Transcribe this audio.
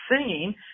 singing